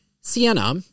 Sienna